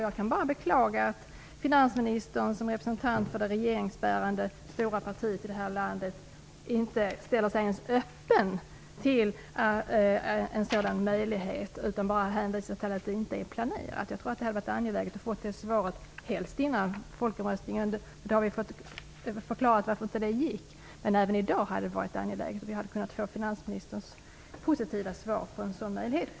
Jag kan bara beklaga att finansministern som representant för det stora regeringsbärande partiet i det här landet inte ens ställer sig öppen till en sådan möjlighet. Han bara hänvisar till att ett val inte är planerat. Jag tror att det hade varit angeläget att få ett svar helst redan innan folkomröstningen. Då hade vi kunnat få en förklaring till varför det inte gick. Men även i dag hade det varit angeläget att få ett positivt svar från finansministern.